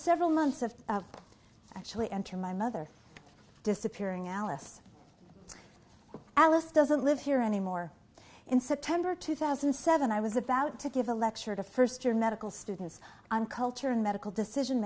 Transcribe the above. several months of actually enter my mother disappearing alice alice doesn't live here anymore in september two thousand and seven i was about to give a lecture to first year medical students on culture and medical decision